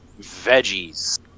veggies